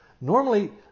normally